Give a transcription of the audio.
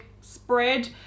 spread